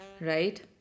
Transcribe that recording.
Right